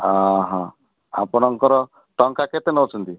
ଆପଣଙ୍କର ଟଙ୍କା କେତେ ନେଉଛନ୍ତି